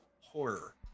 horror